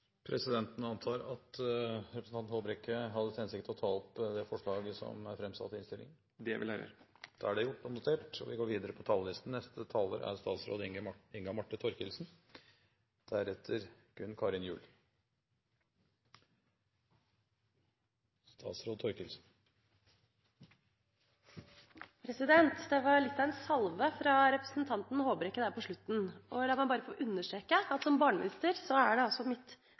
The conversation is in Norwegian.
Presidenten antar at representanten Håbrekke har til hensikt å ta opp Kristelig Folkepartis forslag, som er inntatt i innstillingen. Det vil jeg gjøre. Representanten Øyvind Håbrekke har tatt opp det forslaget han refererte til. Det var litt av en salve fra representanten Håbrekke på slutten. La meg bare få understreke at som barneminister er det mitt ansvar å legge til rette for at barn i Norge er juridisk ivaretatt. Derfor er jeg glad for at